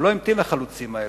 הוא לא המתין לחלוצים האלה.